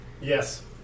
yes